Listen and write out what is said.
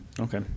Okay